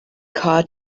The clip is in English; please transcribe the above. car